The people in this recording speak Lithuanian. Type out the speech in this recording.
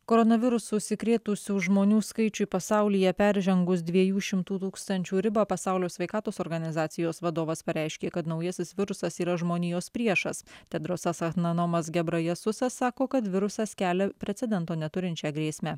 koronavirusu užsikrėtusių žmonių skaičiui pasaulyje peržengus dviejų šimtų tūkstančių ribą pasaulio sveikatos organizacijos vadovas pareiškė kad naujasis virusas yra žmonijos priešas tedrosas adnanomas gebrajesusas sako kad virusas kelia precedento neturinčią grėsmę